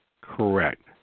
Correct